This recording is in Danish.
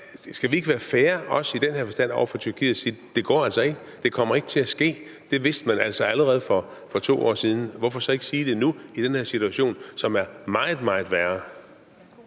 skal vi ikke også i den her forstand være fair over for Tyrkiet og sige: Det går altså ikke. Det kommer ikke til at ske. Det vidste man altså allerede for 2 år siden. Hvorfor så ikke sige det nu i den her situation, som er meget, meget værre?